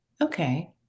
Okay